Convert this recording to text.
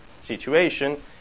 situation